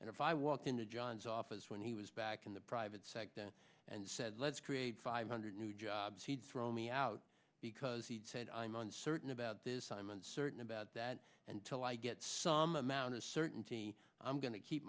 and if i walked into john's office when he was back in the private sector and said let's create five hundred new jobs he'd throw me out because he'd said i'm uncertain about this i'm uncertain about that until i get some amount of certainty i'm going to keep